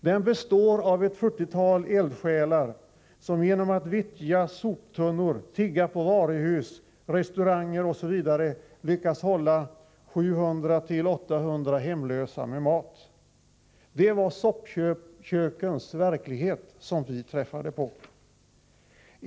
Den består av ett fyrtiotal eldsjälar, som genom att vittja soptunnor, tigga på varuhus, restauranger, osv. lyckas hålla 700-800 hemlösa med mat. Det var soppkökens verklighet som vi träffade på.